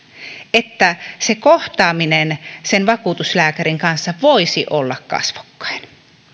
että kohtaaminen vakuutuslääkärin kanssa voisi olla kasvokkain